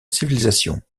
civilisation